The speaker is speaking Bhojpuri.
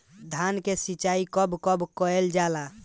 धान के सिचाई कब कब कएल जाला?